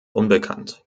unbekannt